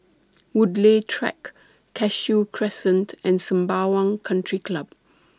Woodleigh Track Cashew Crescent and Sembawang Country Club